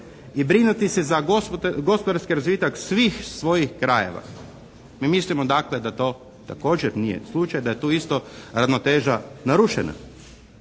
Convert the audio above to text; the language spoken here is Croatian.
i brinuti se za gospodarski razvitak svih svojih krajeva. Mi mislimo, dakle, da to također nije slučaj, da je tu isto ravnoteža narušena.